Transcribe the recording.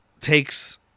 takes